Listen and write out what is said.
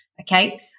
Okay